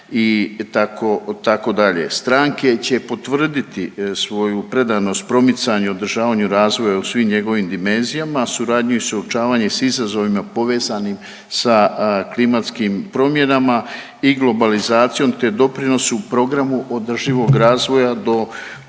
tako dalje. Stranke će potvrditi svoju predanost promicanju i održavanju razvoja u svim njegovim dimenzijama, suradnju i suočavanje s izazovima povezanim sa klimatskim promjenama i globalizacijom, te doprinosu programu održivog razvoja do